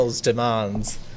demands